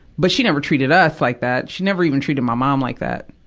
but she never treated us like that. she never even treated my mom like that.